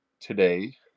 today